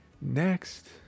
next